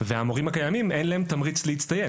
והמורים הקיימים אין להם תמריץ להצטיין